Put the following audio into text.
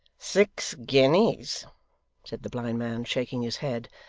six guineas said the blind man, shaking his head,